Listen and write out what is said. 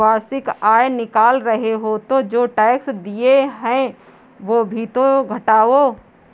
वार्षिक आय निकाल रहे हो तो जो टैक्स दिए हैं वो भी तो घटाओ